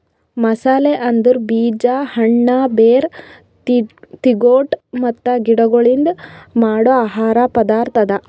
ಮಸಾಲೆ ಅಂದುರ್ ಬೀಜ, ಹಣ್ಣ, ಬೇರ್, ತಿಗೊಟ್ ಮತ್ತ ಗಿಡಗೊಳ್ಲಿಂದ್ ಮಾಡೋ ಆಹಾರದ್ ಪದಾರ್ಥ ಅದಾ